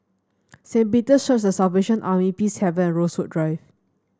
Saint Peter's Church The Salvation Army Peacehaven Rosewood Drive